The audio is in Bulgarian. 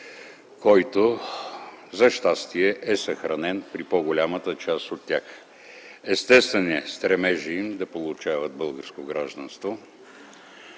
който, за щастие, е съхранен при по голямата част от тях. Естествен е стремежът им да получават българско гражданство